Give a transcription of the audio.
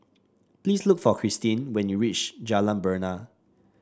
please look for Krystin when you reach Jalan Bena